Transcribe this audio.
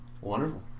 Wonderful